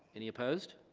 any opposed?